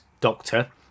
doctor